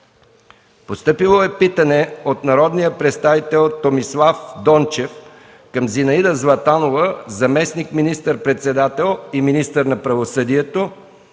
28 юни 2013 г.; - народния представител Томислав Дончев към Зинаида Златанова – заместник министър-председател и министър на правосъдието,